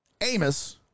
Amos